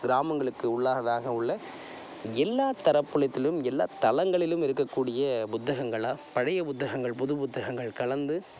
கிராமங்களுக்கு உள்ளாகதாக உள்ள எல்லா தரப்புலைத்திலும் எல்லா தளங்களிலும் இருக்கக்கூடிய புத்தகங்களாக பழைய புத்தகங்கள் புது புத்தகங்கள் கலந்து